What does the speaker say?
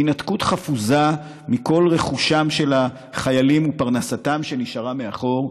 מהינתקות חפוזה של החיילים מכל רכושם ומפרנסתם שנשארה מאחור,